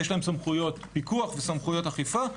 יש להן סמכויות פיקוח וסמכויות אכיפה,